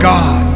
God